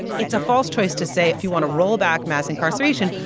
it's a false choice to say if you want to rollback mass incarceration,